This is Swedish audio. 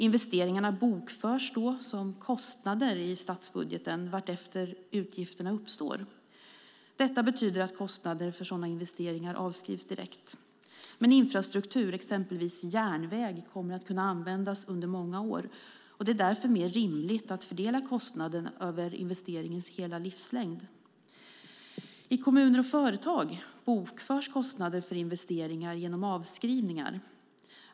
Investeringarna bokförs då som kostnader i statsbudgeten vartefter utgifterna uppstår. Detta betyder att kostnader för sådana investeringar avskrivs direkt. Men infrastruktur, exempelvis järnväg, kommer att kunna användas under många år. Det är därför mer rimligt att fördela kostnaden över investeringens hela livslängd. I kommuner och företag bokförs kostnader för investeringar genom avskrivningar.